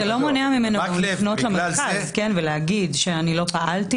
זה לא מונע לפנות למרכז ולהגיד שהוא לא פעל,